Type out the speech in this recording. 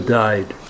died